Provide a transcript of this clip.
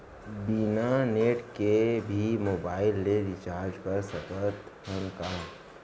बिना नेट के भी मोबाइल ले रिचार्ज कर सकत हन का?